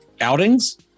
outings